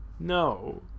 no